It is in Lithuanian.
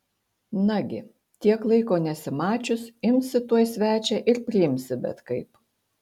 nagi tiek laiko nesimačius imsi tuoj svečią ir priimsi bet kaip